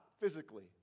physically